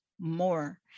more